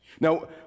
Now